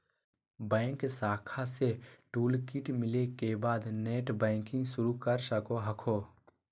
bank शाखा से toolkit मिले के बाद नेटबैंकिंग शुरू कर सको हखो